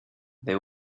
they